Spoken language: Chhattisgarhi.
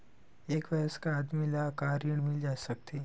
एक वयस्क आदमी ल का ऋण मिल सकथे?